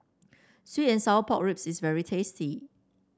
sweet and Sour Pork Ribs is very tasty